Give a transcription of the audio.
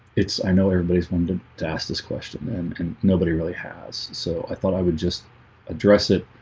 it's i know everybody's wanted to ask this question and and nobody really has so i thought i would just address it